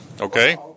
Okay